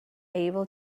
able